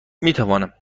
میتوانم